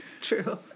True